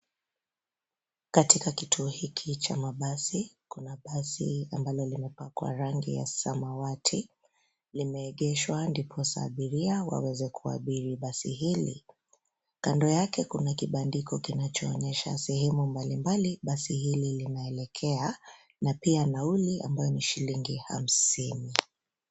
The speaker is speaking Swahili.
Katika kituo hiki cha mabasi, kuna basi ambalo limepakwa rangi ya samawati. Limegeshwa ndiposa abiria waweze kuabiri basi hili. Kando yake kuna kibandiko kinachoonyesha sehemu mbalimbali basi hili linaelekea na pia nauli ambayo ni shilingi hamsini.